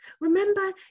Remember